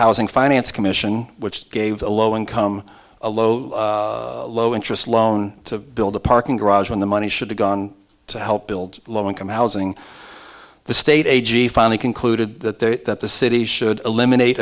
housing finance commission which gave the low income a low low interest loan to build a parking garage when the money should have gone to help build low income housing the state a g finally concluded that the that the city should eliminate